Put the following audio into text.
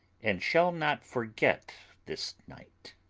and shall not forget this night